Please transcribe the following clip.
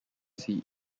see